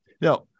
Now